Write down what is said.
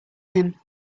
him